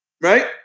right